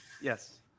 Yes